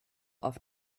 auf